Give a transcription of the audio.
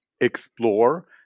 explore